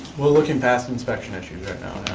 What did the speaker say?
we'll look and past inspection issues